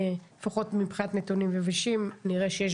לפחות מבחינת נתונים יבשים נראה שיש